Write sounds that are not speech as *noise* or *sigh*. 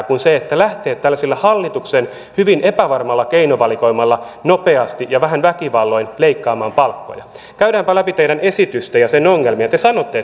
*unintelligible* kuin lähteä tällaisella hallituksen hyvin epävarmalla keinovalikoimalla nopeasti ja vähän väkivalloin leikkaamaan palkkoja käydäänpä läpi teidän esitystänne ja sen ongelmia te sanotte *unintelligible*